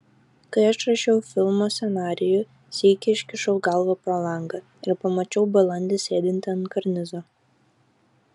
kai aš rašiau filmo scenarijų sykį iškišau galvą pro langą ir pamačiau balandį sėdintį ant karnizo